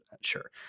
sure